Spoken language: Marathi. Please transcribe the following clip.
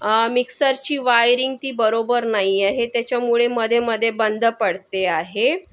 मिक्सरची वायरिंग ती बरोबर नाही आहे त्याच्यामुळे मधे मधे बंद पडते आहे